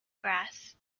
grass